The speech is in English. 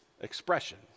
expression